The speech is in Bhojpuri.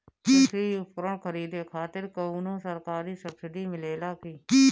कृषी उपकरण खरीदे खातिर कउनो सरकारी सब्सीडी मिलेला की?